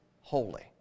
holy